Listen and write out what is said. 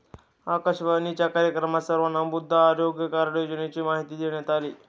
आकाशवाणीच्या कार्यक्रमातून सर्वांना मृदा आरोग्य कार्ड योजनेची माहिती देण्यात आली